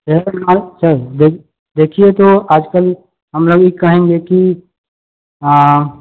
देखिए तो आज कल हमलोग ई कहेंगे की आ